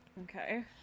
Okay